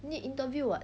need interview [what]